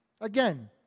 Again